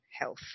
health